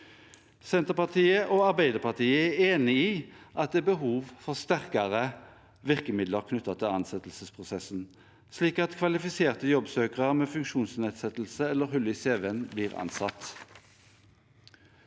Senterpartiet og Arbeiderpartiet er enig i at det er behov for sterkere virkemidler knyttet til ansettelsesprosesser, slik at kvalifiserte jobbsøkere med funksjonsnedsettelse eller hull i cv-en blir ansatt.